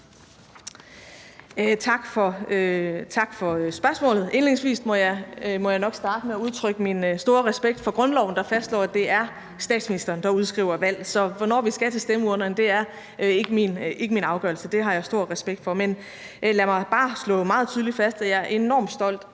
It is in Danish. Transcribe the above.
Tak for spørgsmålet. Indledningsvis må jeg nok starte med at udtrykke min store respekt for grundloven, der fastslår, at det er statsministeren, der udskriver valg. Så hvornår vi skal til stemmeurnerne, er ikke min afgørelse. Det har jeg stor respekt for. Men lad mig bare slå meget tydeligt fast, at jeg er enormt stolt